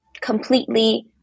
completely